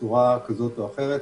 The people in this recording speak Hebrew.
בצורה כזו או אחרת,